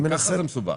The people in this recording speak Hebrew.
גם ככה זה מסובך.